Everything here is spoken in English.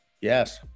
Yes